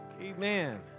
Amen